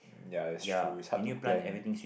ya it's true it's hard to plan